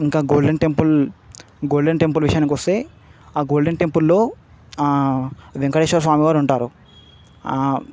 ఇంకా Golden Temple Golden Temple విషయానికొస్తే Golden టెంపుల్లో వేంకటేశ్వరస్వామి వారు ఉంటారు